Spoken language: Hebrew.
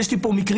יש לי פה מקרים,